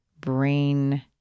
brain